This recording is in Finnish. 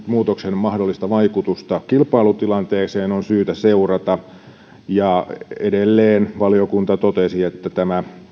muutoksen mahdollista vaikutusta kilpailutilanteeseen on syytä seurata edelleen valiokunta totesi että tämä